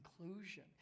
conclusion